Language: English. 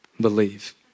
believe